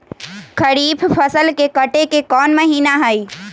खरीफ के फसल के कटे के कोंन महिना हई?